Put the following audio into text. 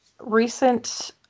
recent